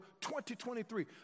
2023